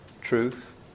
truth